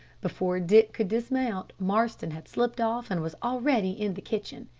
before dick could dismount, marston had slipped off, and was already in the kitchen.